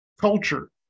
culture